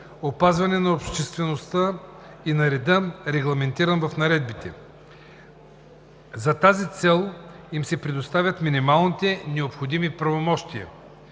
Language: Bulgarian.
опазване на собствеността и на реда, регламентиран в наредбите. За тази цел им се предоставят минималните необходими правомощия: